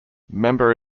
member